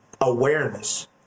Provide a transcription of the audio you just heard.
awareness